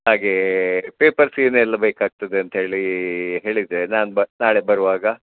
ಹಾಗೇ ಪೇಪರ್ಸ್ ಏನೆಲ್ಲಾ ಬೇಕಾಗ್ತದೆ ಅಂತ ಹೇಳೀ ಹೇಳಿದರೆ ನಾನು ನಾಳೆ ಬರುವಾಗ